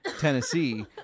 Tennessee